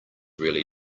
really